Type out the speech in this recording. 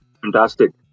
Fantastic